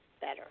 better